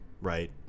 right